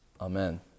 Amen